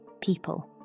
people